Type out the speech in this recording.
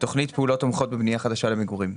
תכנית פעולות תומכות בבנייה חדשה למגורים.